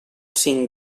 cinc